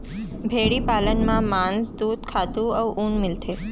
भेड़ी पालन म मांस, दूद, खातू अउ ऊन मिलथे